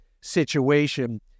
situation